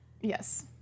Yes